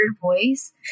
voice